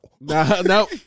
No